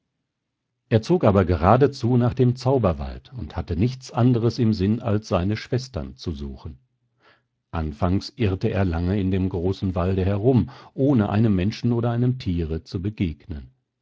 er zog aber geradezu nach dem zauberwald und hatte nichts anders im sinn als seine schwestern zu suchen anfangs irrte er lange in dem großen walde herum ohne einem menschen oder einem thiere zu begegnen